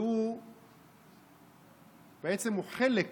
שהוא בעצם חלק